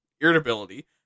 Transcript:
irritability